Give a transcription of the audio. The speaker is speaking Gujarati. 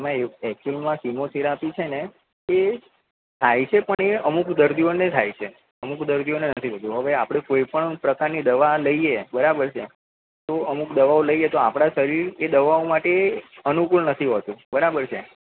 એમાં એવું એક્ચુઅલિમાં કીમો થેરાપી છે ને એ થાય છે પણ એ અમુક દર્દીઓને થાય છે અમુક દર્દીઓને નથી હોતી હવે આપણે કોઈ પણ પ્રકારની દવા લઈએ બરાબર છે તો અમુક દવાઓ લઈએ તો આપણા શરીર એ દવાઓ માટે અનુકૂળ નથી હોતું બરાબર છે